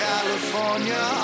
California